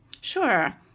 Sure